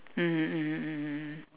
mmhmm mmhmm mmhmm